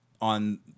on